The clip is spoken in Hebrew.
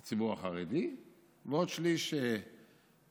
של הציבור החרדי ועוד שליש של המיעוטים,